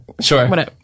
Sure